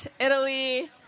Italy